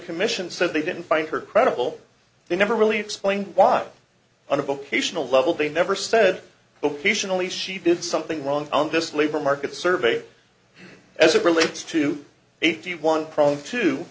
commission said they didn't find her credible they never really explained why on a vocational level they never said but only she did something wrong on this labor market survey as it relates to eighty one prone to